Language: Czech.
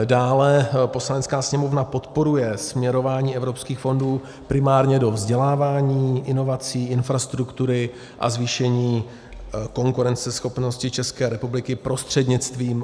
Dále Poslanecká sněmovna podporuje směrování Evropských fondů primárně do vzdělávání, inovací, infrastruktury a zvýšení konkurenceschopnosti České republiky prostřednictvím konvergence.